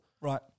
Right